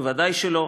ודאי שלא.